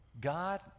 God